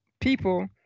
people